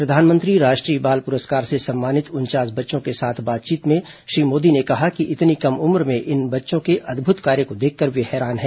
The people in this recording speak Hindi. प्रधानमंत्री राष्ट्रीय बाल पुरस्कार से सम्मानित उनचास बच्चों के साथ बातचीत में श्री मोदी ने कहा कि इतनी कम उम्र भें इन बच्चों के अद्युत कार्य को देखकर वे हैरान हैं